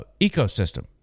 ecosystem